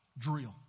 drill